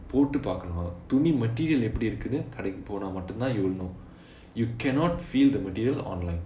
போட்டு பார்க்கனும் துணி:pottu paarkanum thuni material எப்படி இருக்குனும் கடைக்கு போனா மட்டும்தான்:eppadi irukkunum kadaikku ponaa mattum thaan you will know you cannot feel the material online